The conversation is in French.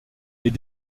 est